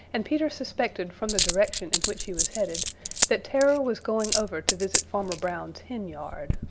and peter suspected from the direction in which he was headed that terror was going over to visit farmer brown's henyard.